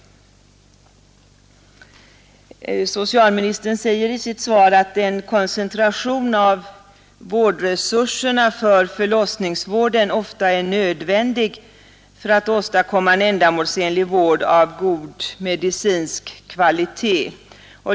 Socialministern säger i sitt svar: ”En koncentration av vårdresurserna för förlossningsvården är ofta nödvändig för att sjukvårdshuvudmännen skall kunna uppfylla kraven på en ändamålsenlig vård av god medicinsk kvalitet.